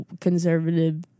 conservative